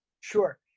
Sure